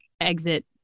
exit